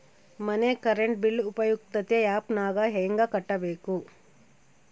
ಮನೆ current bill ಉಪಯುಕ್ತತೆ app ನಾಗ ಹೆಂಗ ಕಟ್ಟಬೇಕು?